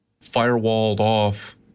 firewalled-off